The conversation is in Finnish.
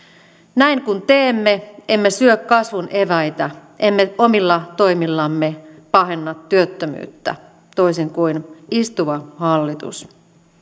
näin kun teemme emme syö kasvun eväitä emme omilla toimillamme pahenna työttömyyttä toisin kuin istuva hallitus